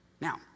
Now